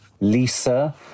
Lisa